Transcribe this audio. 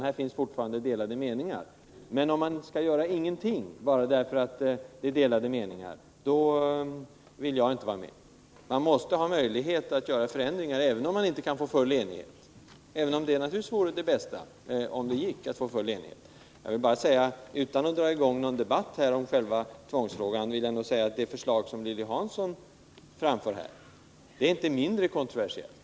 Här finns fortfarande delade meningar. Men om alternativet är att inte göra någonting, bara därför att det finns delade meningar, då vill jag inte vara med. Man måste ha möjlighet att göra förändringar, trots att det inte är full enighet om en lösning, även om detta naturligtvis vore det bästa. Utan att dra i gång någon debatt här om själva tvångsfrågan vill jag ändå säga, att det förslag som Lilly Hansson framför inte är mindre kontroversiellt.